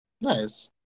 Nice